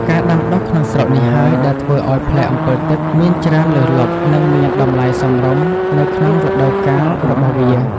ការដាំដុះក្នុងស្រុកនេះហើយ ដែលធ្វើឱ្យផ្លែអម្ពិលទឹកមានច្រើនលើសលប់ និងមានតម្លៃសមរម្យនៅក្នុងរដូវកាលរបស់វា។